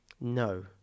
No